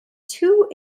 too